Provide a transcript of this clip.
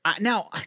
now